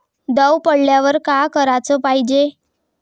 दव पडल्यावर का कराच पायजे?